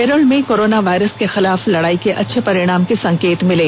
केरल में corona virus के खिलाफ लड़ाई के अच्छे परिणाम के संकेत मिले